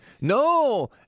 No